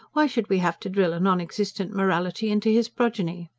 why should we have to drill a non-existent morality into his progeny?